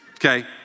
Okay